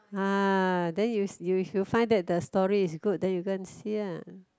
ah then you s~ if you find that the story is good then you go and see uh